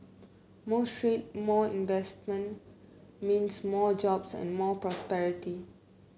more trade more investment means more jobs and more prosperity